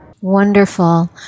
Wonderful